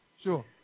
Sure